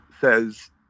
says